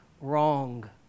wrong